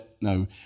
no